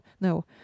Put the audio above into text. No